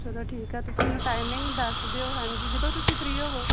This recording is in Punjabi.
ਚਲੋ ਠੀਕ ਆ ਤੁਸੀਂ ਮੈਨੂੰ ਟਾਈਮਿੰਗ ਦੱਸ ਦਿਓ ਹਾਂਜੀ ਜਦੋਂ ਤੁਸੀਂ ਫਰੀ ਹੋਵੋ